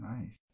Nice